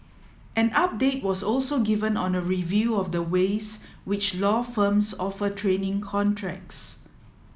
an update was also given on a review of the ways which law firms offer training contracts